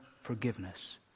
forgiveness